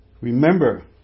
Remember